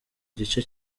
gice